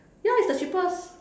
ya it's the cheapest